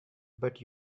but